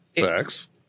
Facts